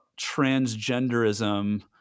transgenderism